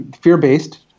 fear-based